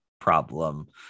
problem